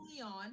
Leon